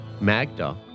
Magda